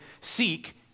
seek